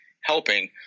helping